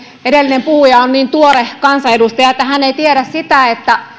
edellinen puhuja on niin tuore kansanedustaja että hän ei tiedä sitä että